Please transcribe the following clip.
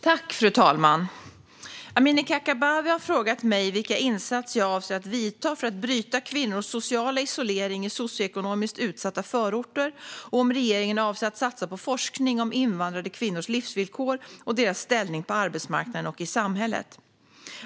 Svar på interpellationer Fru talman! Amineh Kakabaveh har frågat mig vilka insatser jag avser att göra för att bryta kvinnors sociala isolering i socioekonomiskt utsatta förorter och om regeringen avser att satsa på forskning om invandrade kvinnors livsvillkor och deras ställning på arbetsmarknaden och i samhället.